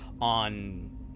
on